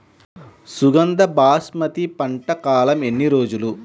సుగంధ బాస్మతి పంట కాలం ఎన్ని రోజులు?